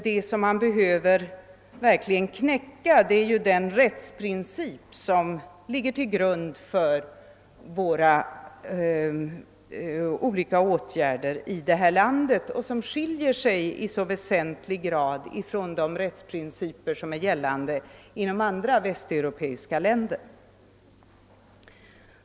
Det som man verkligen bör knäcka är den rättsprincip som ligger till grund för våra olika åtgärder i detta land och som i så väsentlig grad skiljer sig från de rättsprinciper som är gällande i andra västeuropeiska länder.